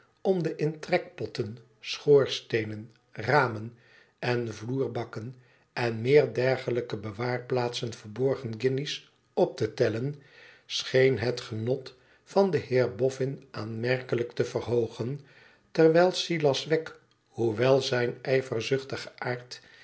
om de in trekpotten schoorsteenen ramen en voerbakken en meer dergelijke bewaarplaatsen verborgen guinjes op te tellen scheen het genot van den heer bofn aanmerkelijk te verhoogen terwijl silas wegg hoewel zijn